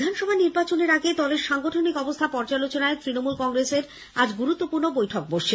বিধানসভা নির্বাচনের আগে দলের সাংগঠনিক অবস্থা পর্যালোচনায় আজ তৃণমূল কংগ্রেসের গুরুত্বপূর্ণ বৈঠক বসছে